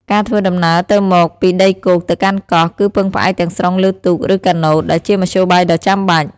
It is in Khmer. ការធ្វើដំណើរទៅមកពីដីគោកទៅកាន់កោះ គឺពឹងផ្អែកទាំងស្រុងលើទូក ឬកាណូត ដែលជាមធ្យោបាយដ៏ចាំបាច់។